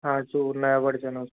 हाँ जो वो नया वर्जन है